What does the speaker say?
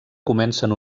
comencen